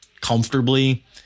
comfortably